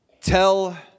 tell